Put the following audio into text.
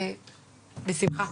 בשמחה.